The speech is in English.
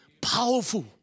Powerful